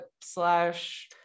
slash